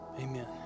amen